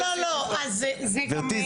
גברתי,